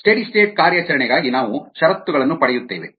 steady state ಕಾರ್ಯಾಚರಣೆಗಾಗಿ ನಾವು ಷರತ್ತುಗಳನ್ನು ಪಡೆಯುತ್ತೇವೆ